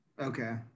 Okay